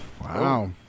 Wow